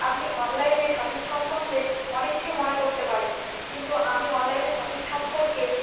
আপনি অনলাইনে শপিং সম্বন্ধে অনেক কিছুই মনে করতে পারেন কিন্তু আমি অনলাইনে শপিং সম্পর্কে